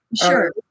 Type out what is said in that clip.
Sure